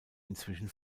inzwischen